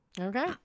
Okay